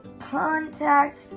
contact